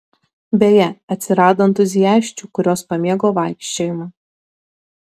beje atsirado entuziasčių kurios pamėgo vaikščiojimą